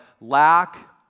lack